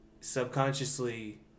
subconsciously